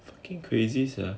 fucking crazy sia